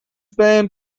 band